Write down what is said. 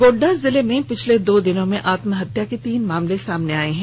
गोड्डा जिले में पिछले दो दिनों में आत्महत्या के तीन मामले सामने आए हैं